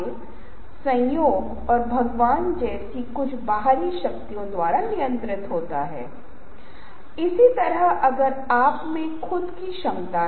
लेकिन आम तौर पर क्लिप अन्य प्रकार की चीजें ऑडियो क्लिप विचलित हो सकती हैं और प्रस्तुतियों में टाला जा सकता है